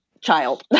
child